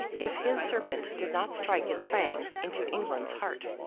if his serpent did not strike its fangs into england's heart.